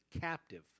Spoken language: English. captive